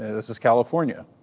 and this is california.